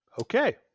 okay